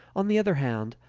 on the other hand,